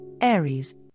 Aries